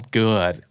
good